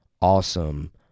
awesome